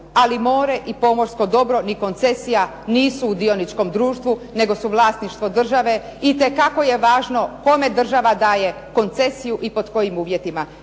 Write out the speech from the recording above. Ali more i pomorsko dobro ni koncesija nisu u dioničkom društvu, nego s su vlasništvo države. Itekako je važno kome država daje koncesiju i pod kojim uvjetima.